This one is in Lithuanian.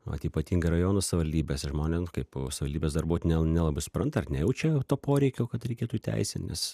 vat ypatingai rajonų savaldybėse žmonėm kaip savaldybės darbuot ne nelabai supranta ar nejaučia to poreikio kad reikėtų įteisin nes